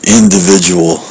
individual